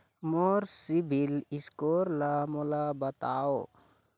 मोर CIBIL score ला मोला बताव?